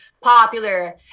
popular